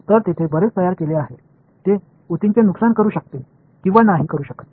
तर तेथे बरेच तयार केले आहे जे ऊतींचे नुकसान करू शकते किंवा नाही करू शकत